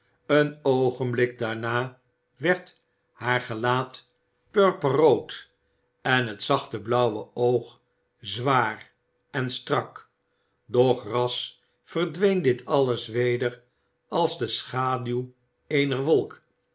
een oogenblik daarna werd haar gelaat purperrood en het zachte blauwe oog zwaar en strak doch ras verdween dit alles weder als de schaduw eener wolk